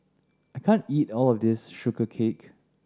I can't eat all of this Sugee Cake